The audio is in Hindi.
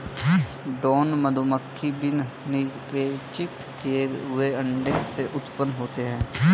ड्रोन मधुमक्खी बिना निषेचित किए हुए अंडे से उत्पन्न होता है